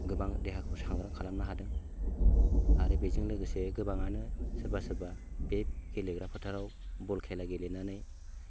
गोबां देहाखौ सांग्रा खालामनो हादों आरो बेजों लोगोसे गोबाङानो सोरबा सोरबा बे गेलेग्रा फोथाराव बल खेला गेलेनानै